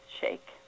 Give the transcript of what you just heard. shake